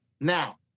Now